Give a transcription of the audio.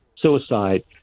Suicide